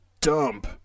dump